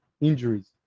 injuries